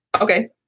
okay